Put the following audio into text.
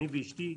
אשתי ואני.